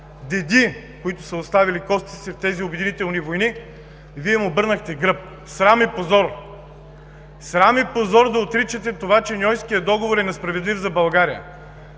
деди, които са оставили костите си в тези обединителни войни, Вие им обърнахте гръб. Срам и позор! Срам и позор да отричате това, че Ньойският договор е несправедлив за България!